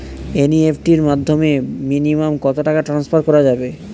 NEFT এর মাধ্যমে minimum কত টাকা টান্সফার করা যাবে?